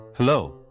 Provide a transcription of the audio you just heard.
Hello